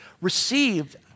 received